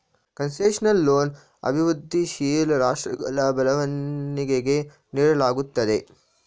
concessional loan ಅಭಿವೃದ್ಧಿಶೀಲ ರಾಷ್ಟ್ರಗಳ ಬೆಳವಣಿಗೆಗೆ ನೀಡಲಾಗುತ್ತದೆ